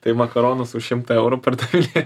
tai makaronus už šimtą eurų pardavinėt